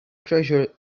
treasure